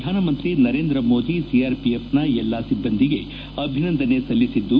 ಪ್ರಧಾನ ಮಂತ್ರಿ ನರೇಂದ್ರ ಮೋದಿ ಸಿಆರ್ಪಿಎಫ್ನ ಎಲ್ಲಾ ಸಿಭ್ಗಂದಿಗೆ ಅಭಿನಂದನೆ ಸಲ್ಲಿಸಿದ್ದು